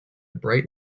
bright